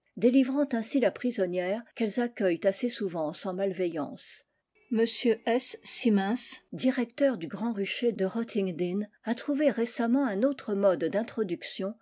délivrant ainsi la prisonnière qu'elles aceueilleat assez souvent sans malveillance m s simmins directeur du grand rucher de rottingdean a trouvé récemment un autre mode d'introduction